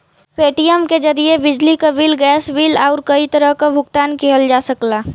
Paytm के जरिये बिजली क बिल, गैस बिल आउर कई तरह क भुगतान किहल जा सकला